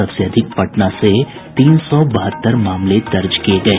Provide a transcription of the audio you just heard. सबसे अधिक पटना से तीन सौ बहत्तर मामले दर्ज किये गये